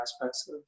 aspects